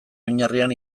oinarrian